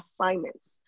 assignments